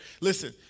Listen